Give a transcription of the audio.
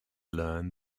learn